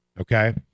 okay